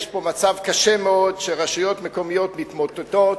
יש פה מצב קשה מאוד, שרשויות מקומיות מתמוטטות.